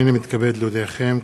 הנני מתכבד להודיעכם,